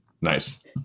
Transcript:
Nice